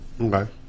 Okay